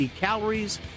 calories